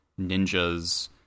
ninjas